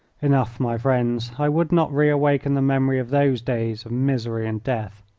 enough, my friends i would not re-awaken the memory of those days of misery and death.